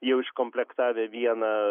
jau iš komplektavę vieną